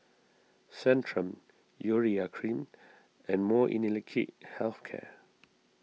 Centrum Urea Cream and Molnylcke Health Care